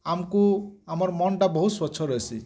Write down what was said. ଆମକୁ ଆମର୍ ମନଟା ବହୁତ ସ୍ୱଛ ରହିସିଁ